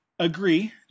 Agree